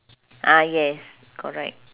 ah yes correct